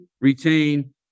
retain